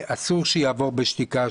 אסור שיעבור בשתיקה.